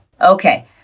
Okay